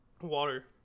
water